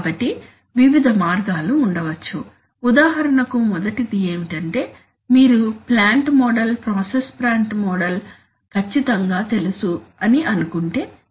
కాబట్టి వివిధ మార్గాలు ఉండవచ్చు ఉదాహరణకు మొదటిది ఏమిటంటే మీరు plant model process plant model ఖచ్చితంగా తెలుసు అని అనుకుంటే